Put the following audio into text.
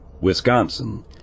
Wisconsin